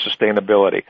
sustainability